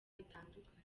bitandukanye